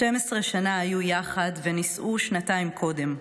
12 שנה היו יחד ונישאו שנתיים קודם,